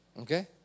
Okay